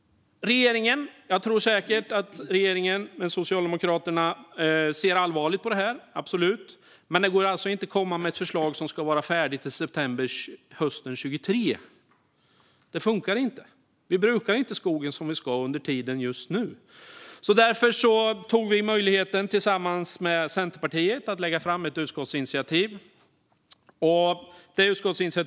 Jag tror absolut att den socialdemokratiska regeringen ser allvarligt på det här, men det går alltså inte att komma med ett förslag som ska vara färdigt i september 2023. Det funkar inte. Vi brukar inte skogen som vi ska just nu, och därför tog vi möjligheten att tillsammans med Centerpartiet lägga fram ett utskottsinitiativ med fyra punkter.